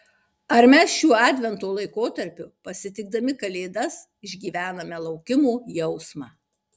ar mes šiuo advento laikotarpiu pasitikdami kalėdas išgyvename laukimo jausmą